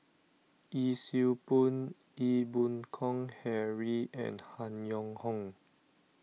Yee Siew Pun Ee Boon Kong Henry and Han Yong Hong